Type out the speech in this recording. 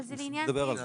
אבל זה לעניין זה.